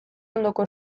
ondoko